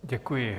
Děkuji.